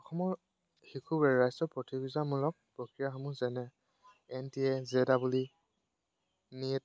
অসমৰ শিশুক ৰাষ্ট্ৰীয় প্ৰতিযোগীমূলক প্ৰক্ৰিয়াসমূহ যেনে N T A J double E NEET